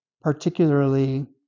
particularly